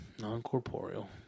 Non-corporeal